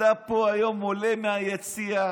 אתה פה היום עולה מהיציע.